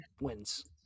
wins